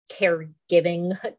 caregiving